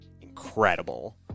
incredible